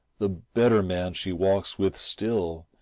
the better man she walks with still,